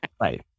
Right